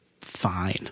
fine